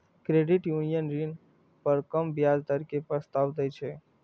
credit union ऋण पर कम ब्याज दर के प्रस्ताव दै छै